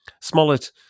Smollett